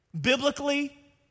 biblically